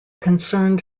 concerned